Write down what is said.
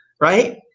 Right